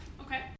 Okay